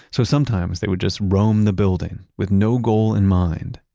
so sometimes they would just roam the building with no goal in mind,